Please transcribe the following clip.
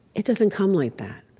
it doesn't come like that.